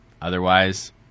otherwise